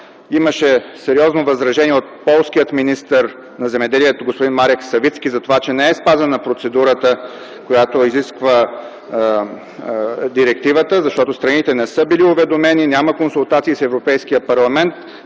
Имаше сериозно възражение от полския министър на земеделието господин Марек Савицки за това, че не е спазена процедурата, която изисква директивата, защото страните не са били уведомени, няма консултации с Европейския парламент,